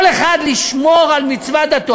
כל אחד ישמור על מצוות דתו.